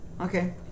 Okay